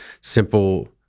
simple